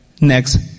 next